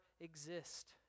exist